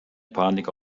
panik